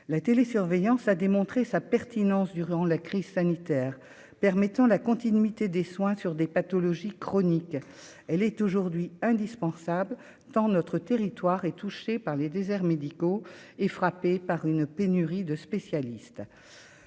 la télé-surveillance a démontré sa pertinence durant la crise sanitaire permettant la continuité des soins sur des pathologies chroniques, elle est aujourd'hui indispensable dans notre territoire et touché par les déserts médicaux et frappé par une pénurie de spécialistes,